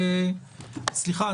סליחה,